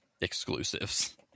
exclusives